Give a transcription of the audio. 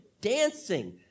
dancing